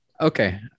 Okay